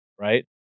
right